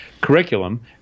curriculum